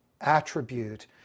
attribute